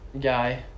guy